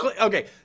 okay